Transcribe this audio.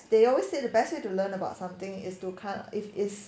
as they always say the best way to learn about something is to cut if is